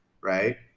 right